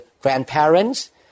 grandparents